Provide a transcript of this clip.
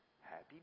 Happy